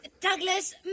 Douglas